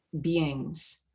beings